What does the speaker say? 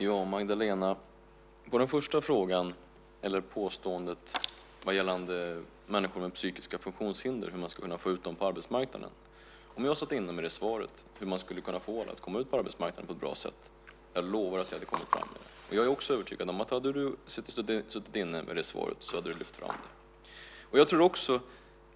Herr talman! Den första frågan eller påståendet om människor med psykiska funktionshinder gällde hur man ska kunna få ut dem på arbetsmarknaden. Om jag satt inne med svaret hur man skulle få dem att kunna komma ut på arbetsmarknaden på ett bra sätt lovar jag att jag hade kommit fram med det, Magdalena. Jag är också övertygad om att om du hade suttit inne med det svaret så hade du lyft fram det.